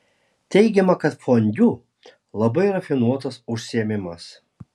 teigiama kad fondiu labai rafinuotas užsiėmimas